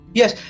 Yes